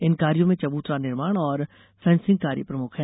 इन कार्यो में चबूतरा निर्माण और फेन्सिंग कार्य प्रमुख हैं